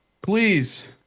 Please